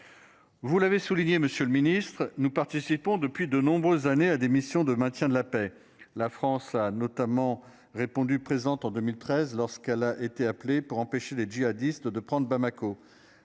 Vous l'avez souligné, Monsieur le Ministre, nous participons depuis de nombreuses années à des missions de maintien de la paix. La France a notamment répondu présentes en 2013 lorsqu'elle a été appelée pour empêcher des djihadistes de prendre Bamako